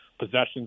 possessions